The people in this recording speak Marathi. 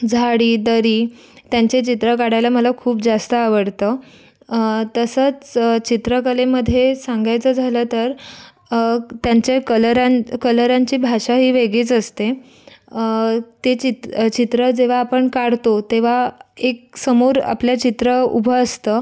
झाडी दरी त्यांचे चित्र काढायला मला खूप जास्त आवडतं तसंच चित्रकलेमध्ये सांगायचं झालं तर त्यांचे कलरां कलरांची भाषा ही वेगळीच असते ते चित चित्र जेव्हा आपण काढतो तेव्हा एक समोर आपल्या चित्र उभं असतं